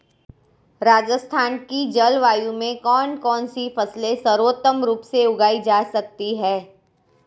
राजस्थान की जलवायु में कौन कौनसी फसलें सर्वोत्तम रूप से उगाई जा सकती हैं?